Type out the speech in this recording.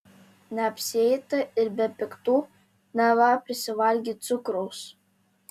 neapsieita ir be piktų neva prisivalgei cukraus